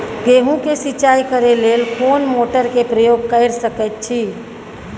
गेहूं के सिंचाई करे लेल कोन मोटर के प्रयोग कैर सकेत छी?